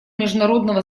международного